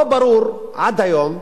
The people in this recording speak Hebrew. לא ברור עד היום,